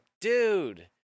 Dude